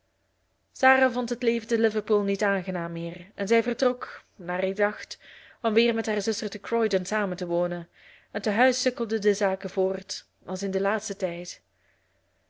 sarah vond het leven te liverpool niet aangenaam meer en zij vertrok naar ik dacht om weer met haar zuster te croydon samen te wonen en te huis sukkelden de zaken voort als in den laatsten tijd